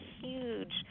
huge